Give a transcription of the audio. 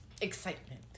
excitement